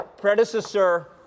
predecessor